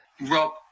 Rob